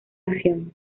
acción